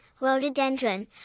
rhododendron